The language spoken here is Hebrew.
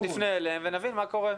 נפנה אליהם ונבין מה קורה,